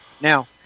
Now